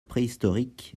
préhistorique